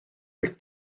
oedd